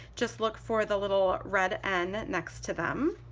just look for the little red end next to them.